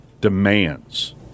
demands